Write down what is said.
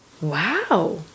Wow